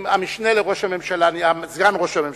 המשנה לראש הממשלה, סגן ראש הממשלה,